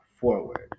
forward